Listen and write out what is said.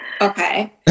Okay